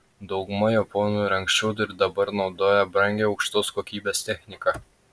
dauguma japonų ir anksčiau ir dabar naudoja brangią aukštos kokybės techniką